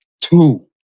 two